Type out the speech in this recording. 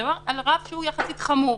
שמדבר על רף שהוא יחסית חמור.